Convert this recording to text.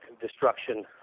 destruction